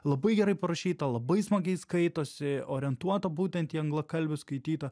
labai gerai parašyta labai smagiai skaitosi orientuota būtent į anglakalbius skaityta